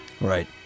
Right